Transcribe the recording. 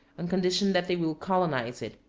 on condition that they will colonize it.